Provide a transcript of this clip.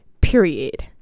Period